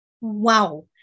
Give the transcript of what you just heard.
Wow